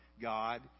God